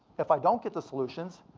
if i don't get the solutions,